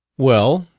well,